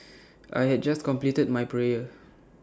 I had just completed my prayer